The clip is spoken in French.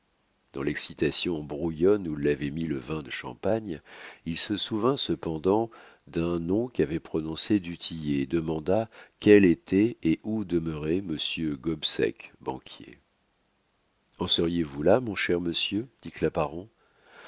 dans l'excitation brouillonne où l'avait mis le vin de champagne il se souvint cependant d'un nom qu'avait prononcé du tillet et demanda quel était et où demeurait monsieur gobseck banquier en seriez-vous là mon cher monsieur dit